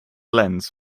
lens